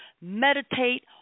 meditate